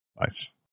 Nice